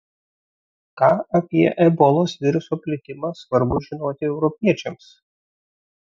ką apie ebolos viruso plitimą svarbu žinoti europiečiams